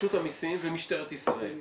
רשות המסים ומשטרת ישראל והפרקליטות,